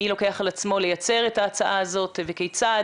מי לוקח על עצמו לייצר את ההצעה הזאת וכיצד,